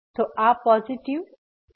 તો આ પોઝીટીવ સંખ્યા છે